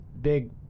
big